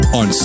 on